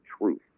truth